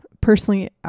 personally